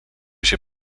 się